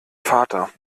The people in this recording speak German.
vater